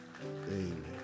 Amen